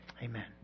Amen